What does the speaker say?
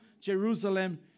Jerusalem